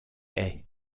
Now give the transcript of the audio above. haye